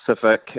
Pacific